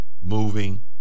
moving